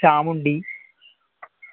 Chamundi